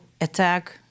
attack